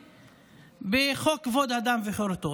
בחוק כבוד האדם וחירותו.